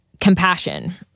compassion